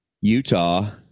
Utah